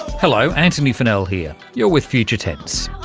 hello, antony funnell here, you're with future tense.